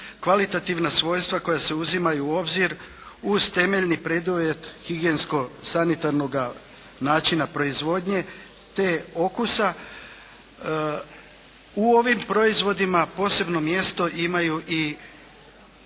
kvalitativna svojstva koja se uzimaju u obzir uz temeljni preduvjet higijensko-sanitarnoga načina proizvodnje te okusa, u ovim proizvodima posebno mjesto imaju i